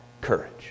courage